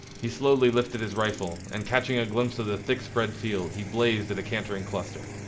he slowly lifted his rifle and catching a glimpse of the thickspread field he blazed at a cantering cluster.